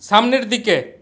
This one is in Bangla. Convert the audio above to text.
সামনের দিকে